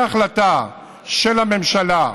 בהחלטה של הממשלה,